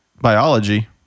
biology